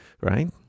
right